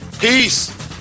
Peace